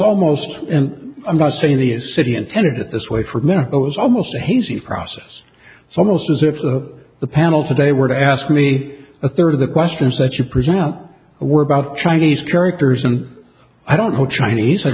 almost and i'm not saying the city intended it this way for men but was almost a hazing process it's almost as if the panel today were to ask me a third of the questions that you present were about chinese characters and i don't know chinese or